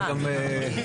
(הישיבה נפסקה בשעה 19:53 ונתחדשה בשעה 20:34.)